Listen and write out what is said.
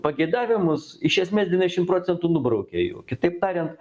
pageidavimus iš esmės devyniasdešim procentų nubraukia jų kitaip tariant